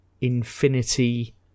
infinity